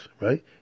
right